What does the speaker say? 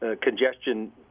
congestion